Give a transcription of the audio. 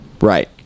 Right